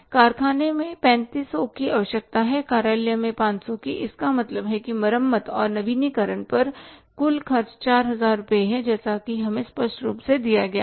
कारखाने में 3500 की आवश्यकता है कार्यालय में 500 इसका मतलब है कि मरम्मत और नवीनीकरण पर कुल खर्च 4000 रुपये है ऐसा हमें स्पष्ट रूप से दिया गया है